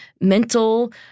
mental